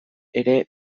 ere